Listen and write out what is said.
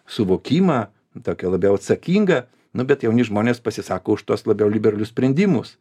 suvokimą tokį labiau atsakinga nu bet jauni žmonės pasisako už tuos labiau liberalius sprendimus